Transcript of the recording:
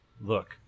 Look